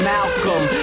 Malcolm